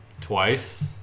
twice